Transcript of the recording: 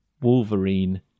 Wolverine